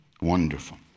Wonderful